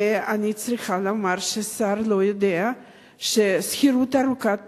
ואני צריכה לומר שהשר לא יודע ששכירות ארוכת טווח,